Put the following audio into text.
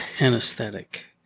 anesthetic